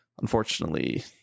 unfortunately